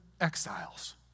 exiles